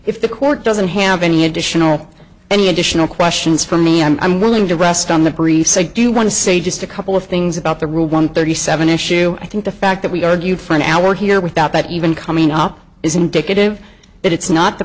if the court doesn't have any additional any additional questions for me i'm willing to rest on the briefs i do want to say just a couple of things about the rule one thirty seven issue i think the fact that we argued for an hour here without that even coming up is indicative that it's not the